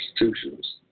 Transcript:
institutions